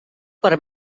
per